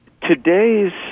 today's